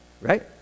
right